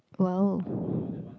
!wow!